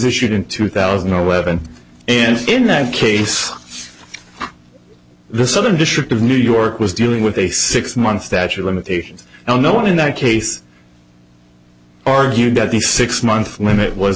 issued in two thousand no weapon and in that case the southern district of new york was dealing with a six month statue of limitations and no one in that case argued that the six month limit was